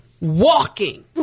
walking